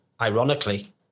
Ironically